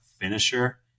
finisher